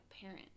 parent